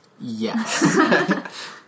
Yes